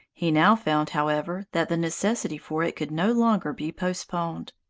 he now found, however, that the necessity for it could no longer be postponed.